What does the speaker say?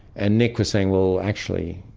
and nick was saying, well, actually,